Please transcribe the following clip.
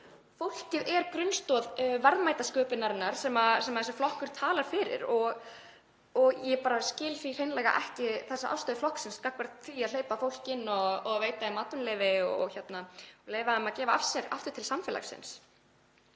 Fólkið er grunnstoð verðmætasköpunarinnar sem þessi flokkur talar fyrir og ég skil því hreinlega ekki þessa afstöðu flokksins gagnvart því að hleypa fólki inn og veita því atvinnuleyfi og leyfa því að gefa af sér aftur til samfélagsins.